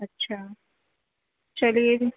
اچھا چلیے پھر